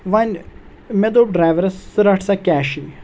وۄنۍ مےٚ دوٚپ ڈرایورَس ژٕ رَٹھ سا کیشی